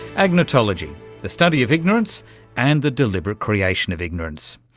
agnotology the study of ignorance and the deliberate creation of ignorance.